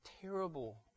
terrible